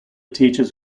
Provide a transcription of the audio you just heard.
teachers